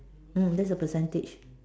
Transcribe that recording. mm that's the percentage